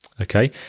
okay